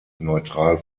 neutral